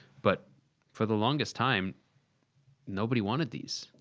but for the longest time nobody wanted these.